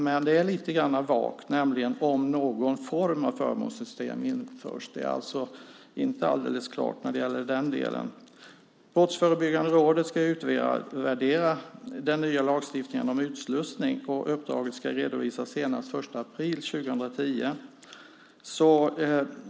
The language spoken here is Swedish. Men det är lite vagt eftersom det sägs "om någon form av förmånssystem införs". Det är alltså inte alldeles klart vad gäller den delen. Brottsförebyggande rådet ska utvärdera den nya lagstiftningen om utslussning. Uppdraget ska redovisas senast den 1 april 2010.